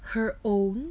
her own